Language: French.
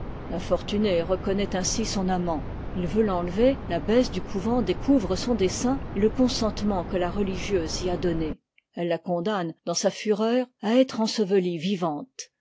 maîtresse l'infortunée reconnaît ainsi son amant il veut l'enlever l'abbesse du couvent découvre son dessein et le consentement que la religieuse y a donné elle la condamne dans sa fureur à être ensevelie vivante